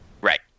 Right